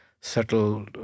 subtle